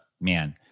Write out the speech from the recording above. man